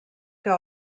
que